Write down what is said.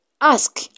Ask